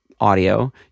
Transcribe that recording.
audio